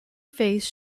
face